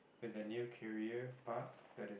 with a new career path that is